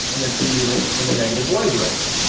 and then three units in the negative y direction.